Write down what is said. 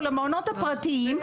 או למעונות הפרטיים.